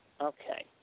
Okay